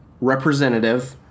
representative